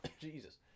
Jesus